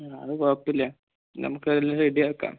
ആ അത് കുഴപ്പം ഇല്ല നമുക്ക് അതെല്ലാം റെഡി ആക്കാം